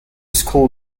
school